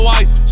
ice